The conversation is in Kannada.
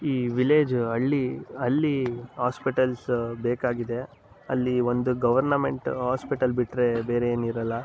ಈ ವಿಲೇಜ್ ಹಳ್ಳಿ ಅಲ್ಲಿ ಆಸ್ಪೆಟಲ್ಸ್ ಬೇಕಾಗಿದೆ ಅಲ್ಲಿ ಒಂದು ಗವರ್ನಮೆಂಟ್ ಆಸ್ಪೆಟಲ್ ಬಿಟ್ಟರೆ ಬೇರೇನಿರಲ್ಲ